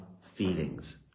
feelings